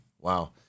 Wow